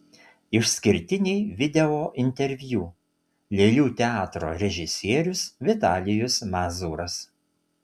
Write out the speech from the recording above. išskirtiniai videointerviu lėlių teatro režisierius vitalijus mazūras